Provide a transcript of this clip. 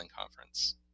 conference